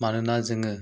मानोना जोङो